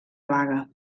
vaga